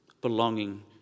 belonging